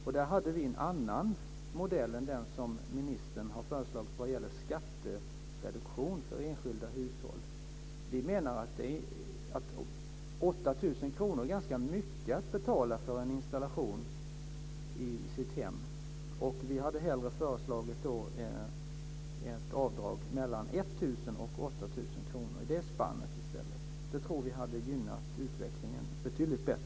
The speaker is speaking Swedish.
Vi har föreslagit en annan modell än ministern vad gäller skattereduktion för enskilda hushåll. Vi menar att 8 000 kr är mycket att betala för en installation i sitt hem. Vi hade hellre föreslagit ett avdrag på mellan 1 000 och 8 000 kr. Det tror vi hade gynnat utvecklingen betydligt mer.